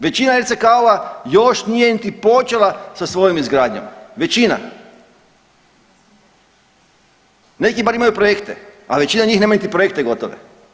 Većina RCK-ova još nije niti počela sa svojim izgradnjama, većina, neki bar imaju projekte, a većina njih nema niti projekte gotove.